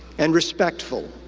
and respectful.